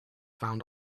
found